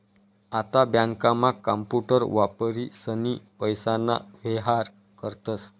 आता बँकांमा कांपूटर वापरीसनी पैसाना व्येहार करतस